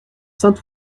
saint